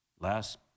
last